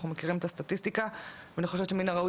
אנחנו מכירים את הסטטיסטיקה ואני חושבת שמן הראוי